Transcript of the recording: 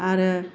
आरो